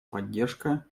поддержка